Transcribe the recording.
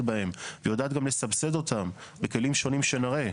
בהן ויודעת גם לסבסד אותן בכלים שונים שנראה,